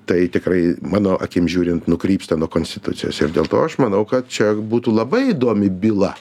tai tikrai mano akim žiūrint nukrypsta nuo konstitucijos ir dėl to aš manau kad čia būtų labai įdomi byla